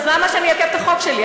למה שאני אעכב את החוק שלי?